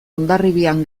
hondarribian